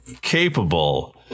capable